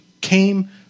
came